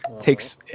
takes